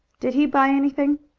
did he buy anything?